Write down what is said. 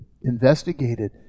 investigated